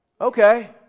okay